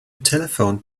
telephoned